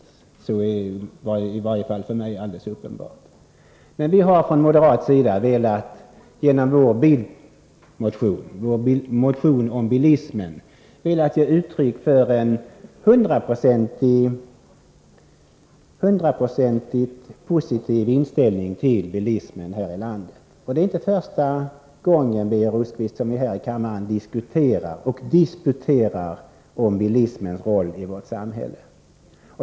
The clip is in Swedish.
Att så är fallet är i varje fall för mig alldeles uppenbart. Vi har från moderat sida genom vår motion om bilismen velat ge uttryck för en hundraprocentigt positiv inställning till bilismen här i landet. Det är inte första gången, Birger Rosqvist, som vi här i kammaren diskuterar och disputerar om bilismens roll i vårt samhälle.